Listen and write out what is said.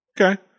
Okay